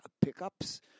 pickups